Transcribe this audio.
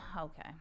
okay